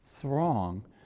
throng